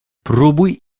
popróbuj